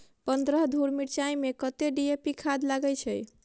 पन्द्रह धूर मिर्चाई मे कत्ते डी.ए.पी खाद लगय छै?